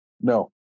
no